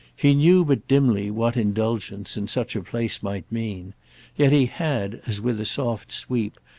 he knew but dimly what indulgence, in such a place, might mean yet he had, as with a soft sweep,